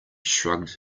shrugged